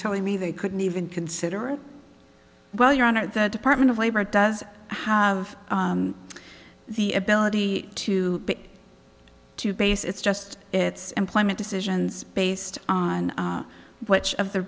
telling me they couldn't even consider it while you're on at the department of labor does have the ability to to base it's just it's employment decisions based on which of the